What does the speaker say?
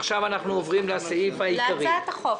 עכשיו אנחנו עוברים לסעיף העיקרי להצעת החוק.